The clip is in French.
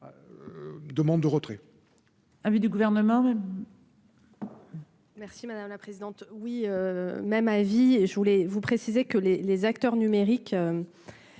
demande de retrait. Avis du gouvernement. Merci madame la présidente, oui même avis et je voulais vous préciser que les les acteurs numériques